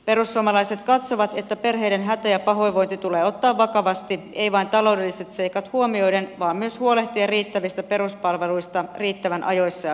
perussuomalaiset katsovat että perheiden hätä ja pahoinvointi tulee ottaa vakavasti ei vain taloudelliset seikat huomioiden vaan myös huolehtien riittävistä peruspalveluista riittävän ajoissa ja kattavasti